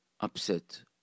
upset